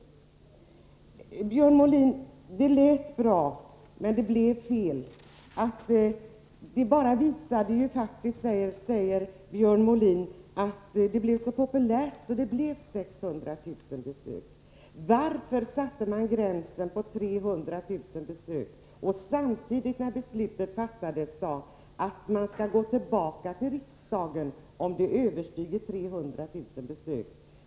Till Björn Molin: Det lät bra, men det blev fel. Björn Molin säger att detta med fritidspraktiker var populärt, eftersom det blev 600 000 besök. Men varför satte man gränsen vid 300 000 besök och sade samtidigt som det beslutet fattades, att man skulle gå tillbaka till riksdagen om antalet besök översteg dessa 300 000?